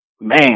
man